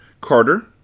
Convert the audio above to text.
Carter